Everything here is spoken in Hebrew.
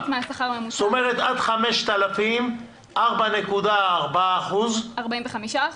זאת אומרת עד 5,000 4.4%. 4.45%,